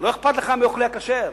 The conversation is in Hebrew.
לא אכפת לך מאוכלי הכשר?